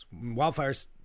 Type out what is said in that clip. Wildfires